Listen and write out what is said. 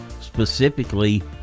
specifically